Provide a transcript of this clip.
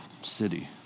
city